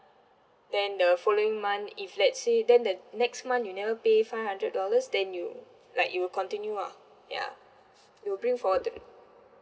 then the following month if let's say then the next month you never pay five hundred dollars then it'll like it'll continue ah ya it'll bring forward the